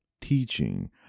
teaching